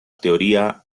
teoría